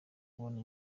kubona